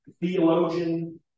theologian